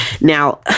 Now